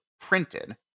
printed